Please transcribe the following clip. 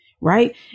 Right